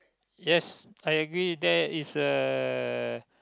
yes I agree there is a